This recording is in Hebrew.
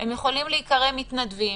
הם יכולים להיקרא מתנדבים,